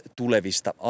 tulevista